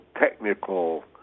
technical